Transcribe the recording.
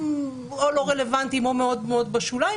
או שהם לא רלוונטיים או מאוד מאוד בשוליים,